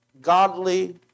godly